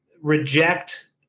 reject